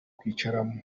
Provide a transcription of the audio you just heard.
kwicaramo